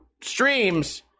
streams